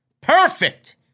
Perfect